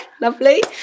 lovely